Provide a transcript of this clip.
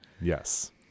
Yes